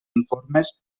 informes